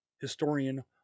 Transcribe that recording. historian